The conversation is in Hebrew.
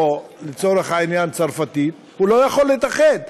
או לצורך העניין צרפתית, הוא לא יכול להתאחד.